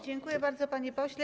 Dziękuję bardzo, panie pośle.